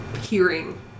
hearing